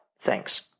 Thanks